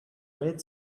red